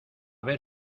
ver